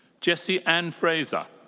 jessie anne fraser.